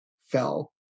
fell